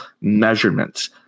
measurements